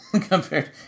Compared